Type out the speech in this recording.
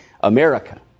america